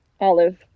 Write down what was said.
Olive